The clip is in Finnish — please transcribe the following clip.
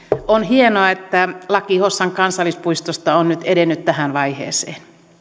on hienoa että laki hossan kansallispuistosta on nyt edennyt tähän vaiheeseen